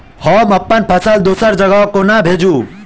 हम अप्पन फसल दोसर जगह कोना भेजू?